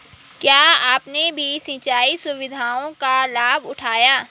क्या आपने भी सिंचाई सुविधाओं का लाभ उठाया